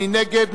מי נגד?